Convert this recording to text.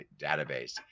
database